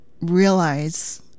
realize